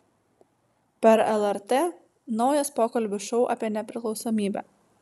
per lrt naujas pokalbių šou apie nepriklausomybę